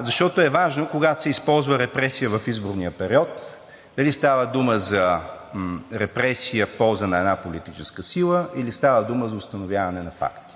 защото е важно, когато се използва репресия в изборния период, дали става дума за репресия в полза на една политическа сила или става дума за установяване на факти?